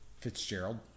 Fitzgerald